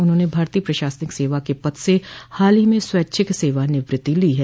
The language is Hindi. उन्हाने भारतीय प्रशासनिक सेवा के पद से हाल ही में स्वैच्छिक सेवानिवृत्ति ली है